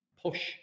push